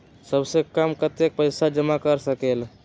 सबसे कम कतेक पैसा जमा कर सकेल?